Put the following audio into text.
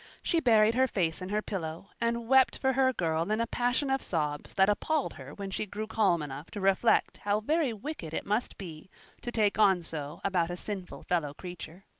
she buried her face in her pillow, and wept for her girl in a passion of sobs that appalled her when she grew calm enough to reflect how very wicked it must be to take on so about a sinful fellow creature.